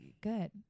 Good